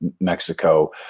Mexico